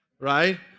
right